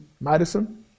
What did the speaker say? Madison